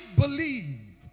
believe